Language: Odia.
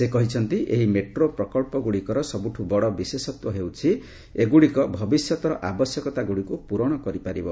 ସେ କହିଛନ୍ତି ଏହି ମେଟ୍ରୋ ପ୍ରକଳ୍ପଗୁଡ଼ିକର ସବୁଠୁ ବଡ଼ ବିଶେଷତ୍ୱ ହେଉଛି ଏଗୁଡ଼ିକ ଭବିଷ୍ୟତର ଆବଶ୍ୟକତାଗୁଡ଼ିକୁ ପୂରଣ କରିପାରିବ